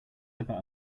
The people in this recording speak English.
about